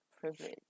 privilege